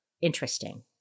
interesting